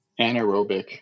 anaerobic